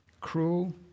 Cruel